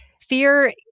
Fear